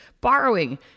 borrowing